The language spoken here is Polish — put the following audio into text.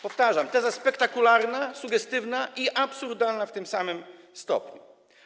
Powtarzam: teza spektakularna, sugestywna i absurdalna w tym samym stopniu.